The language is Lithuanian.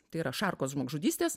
tai yra šarkos žmogžudystės